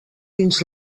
dins